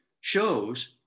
shows